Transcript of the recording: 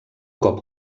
cop